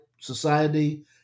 society